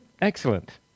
Excellent